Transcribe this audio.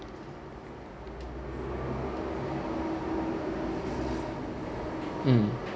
um